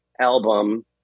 album